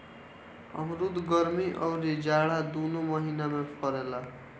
अमरुद गरमी अउरी जाड़ा दूनो महिना में फरेला